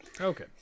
Okay